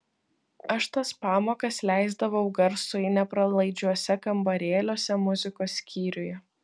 aš tas pamokas leisdavau garsui nepralaidžiuose kambarėliuose muzikos skyriuje